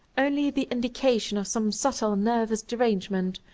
only the indication of some subtle nervous derangement,